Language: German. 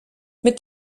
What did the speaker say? mit